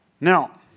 Now